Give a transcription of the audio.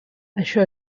això